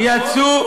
הם יצאו.